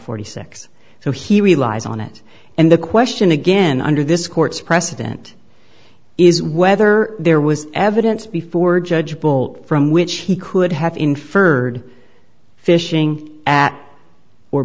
forty six so he relies on it and the question again under this court's precedent is whether there was evidence before judge bolt from which he could have inferred fishing at or